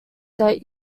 that